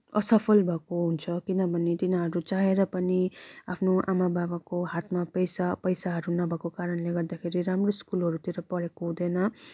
असफल भएको हुन्छ किनभने तिनीहरू चाहेर पनि आफ्नो आमा बाबाको हातमा पैसा पैसाहरू नभएको कारणले गर्दाखेरि राम्रो स्कुलहरूतिर पढेको हुँदैन